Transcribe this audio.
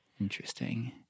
Interesting